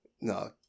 no